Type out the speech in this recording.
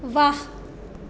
वाह